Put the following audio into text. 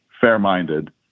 fair-minded